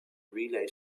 relay